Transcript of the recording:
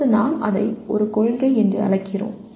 இப்போது நாம் அதை ஒரு கொள்கை என்று அழைக்கிறோம்